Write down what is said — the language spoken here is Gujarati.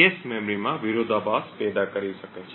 કૅશ મેમરીમાં વિરોધાભાસ પેદા કરી શકે છે